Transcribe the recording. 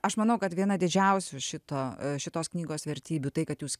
aš manau kad viena didžiausių šito šitos knygos vertybių tai kad jūs